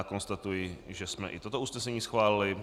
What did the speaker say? Konstatuji, že jsme i toto usnesení schválili.